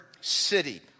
city